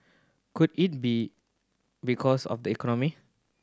could it be because of the economy